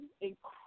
incredible